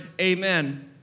Amen